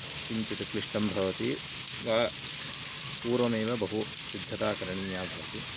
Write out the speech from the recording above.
किञ्चित् क्लिष्टं भवति वा पूर्वमेव बहु सिद्धता करणीया भवति